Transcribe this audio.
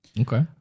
okay